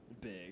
big